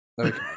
okay